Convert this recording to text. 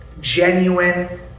genuine